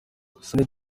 umukinnyi